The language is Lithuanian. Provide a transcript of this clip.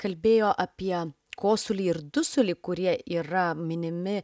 kalbėjo apie kosulį ir dusulį kurie yra minimi